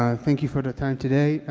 um thank you for the time today.